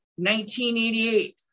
1988